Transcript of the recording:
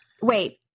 Wait